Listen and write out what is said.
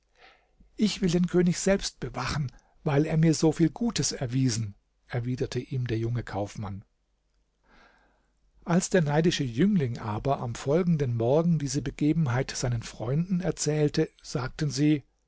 ich will den könig selbst bewachen weil er mir so viel gutes erwiesen erwiderte ihm der junge kaufmann als der neidische jüngling aber am folgenden morgen diese begebenheit seinen freunden erzählte sagten sie